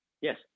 Yes